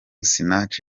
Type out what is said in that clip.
sinach